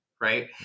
right